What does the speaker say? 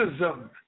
racism